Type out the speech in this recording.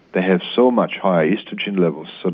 they have so much higher oestrogen levels, but